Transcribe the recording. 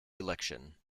election